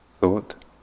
thought